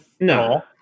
no